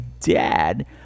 dad